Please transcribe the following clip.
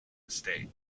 estate